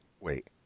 wait